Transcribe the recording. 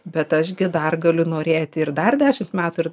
bet aš gi dar galiu norėti ir dar dešimt metų ir